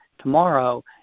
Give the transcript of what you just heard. tomorrow